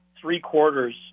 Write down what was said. three-quarters